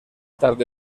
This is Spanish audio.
tarde